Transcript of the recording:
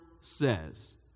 says